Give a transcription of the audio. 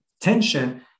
tension